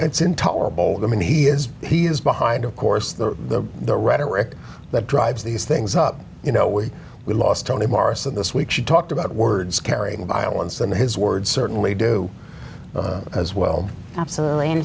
it's intolerable i mean he is he is behind of course the the rhetoric that drives these things up you know we we lost toni morrison this week she talked about words carrying violence and his words certainly do as well absolutely and